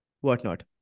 whatnot